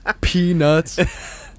Peanuts